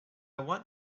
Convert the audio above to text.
want